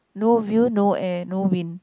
no view no air no wind